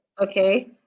Okay